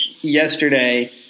yesterday –